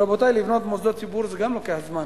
רבותי, גם לבנות מוסדות ציבור לוקח זמן,